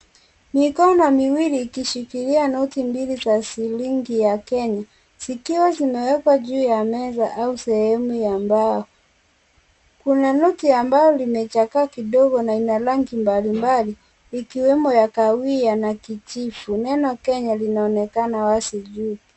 Mikono miwili ikishikilia noti mbili za shilingi ya Kenya zikiwa zimewekwa juu ya meza au sehemu ya mbao. Kuna noti ambayo limechakaa kidogo na ina rangi mbalimbali ikiwemo ya kahawia na kijivu. Neno Kenya linaonekana wazi juu.